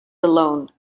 alone